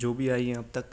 جو بھی آئی ہیں اب تک